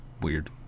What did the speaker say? weird